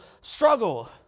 struggle